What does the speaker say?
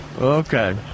okay